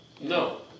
No